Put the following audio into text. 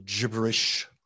gibberish